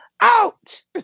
out